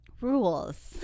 rules